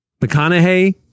McConaughey